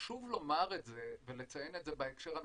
חשוב לומר את זה ולציין את זה בהקשר הנכון,